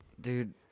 dude